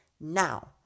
Now